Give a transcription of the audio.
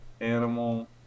animal